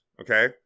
okay